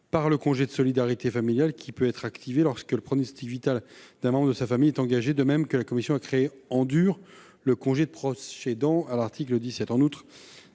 par le congé de solidarité familiale, qui peut être activé lorsque le pronostic vital d'un membre de la famille est engagé. De surcroît, la commission a créé « en dur » le congé de proche aidant, à l'article 17.